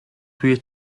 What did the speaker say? توی